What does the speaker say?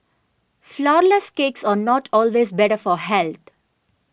Flourless Cakes are not always better for health